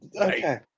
Okay